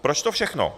Proč to všechno?